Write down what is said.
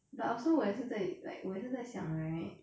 but also 我还是在 like 我也是在想 right